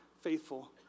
faithful